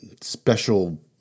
special